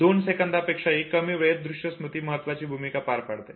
दोन सेकांदापेक्षाही कमी वेळेत दृश्य स्मृती महत्वाची भूमिका पार पाडते